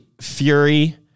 Fury